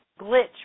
glitch